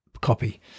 copy